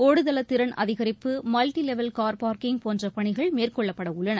ஒடுதள திறன் அதிகரிப்பு multi level car parking போன்ற பணிகள் மேற்கொள்ளப்படவுள்ளன